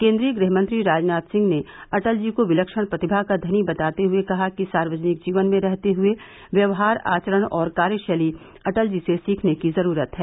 केन्द्रीय गृह मंत्री राजनाथ सिंह ने अटल जी को विलक्षण प्रतिभा का धनी बताते हुये कहा कि सार्वजनिक जीवन में रहते हुये व्यवहार आचरण और कार्यशैली अटल जी से सीखने की जरूरत है